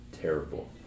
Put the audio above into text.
terrible